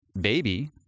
baby